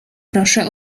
proszę